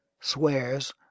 swears